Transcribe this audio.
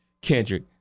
Kendrick